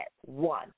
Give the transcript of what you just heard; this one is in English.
One